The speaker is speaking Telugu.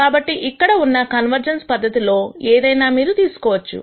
కాబట్టి ఇక్కడ ఉన్న కన్వర్జెన్స్ పద్ధతి లో ఏదైనా మీరు తీసుకోవచ్చు